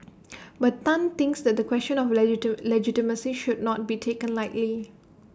but Tan thinks that the question of legit legitimacy should not be taken lightly